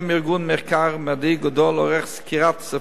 ארגון מחקר מדעי גדול עורך סקירת ספרות